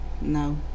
no